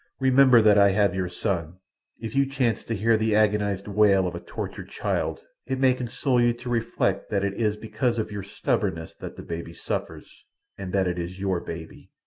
remember that i have your son if you chance to hear the agonized wail of a tortured child it may console you to reflect that it is because of your stubbornness that the baby suffers and that it is your baby.